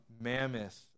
mammoth